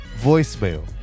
voicemail